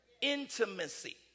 Intimacy